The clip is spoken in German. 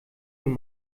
nun